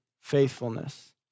faithfulness